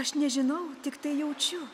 aš nežinau tiktai jaučiu